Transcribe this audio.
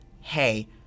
hey